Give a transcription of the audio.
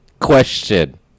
question